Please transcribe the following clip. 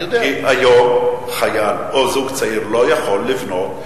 כי היום חייל או זוג צעיר לא יכולים לבנות.